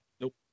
nope